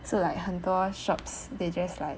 so like 很多 shops they just like